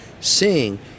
seeing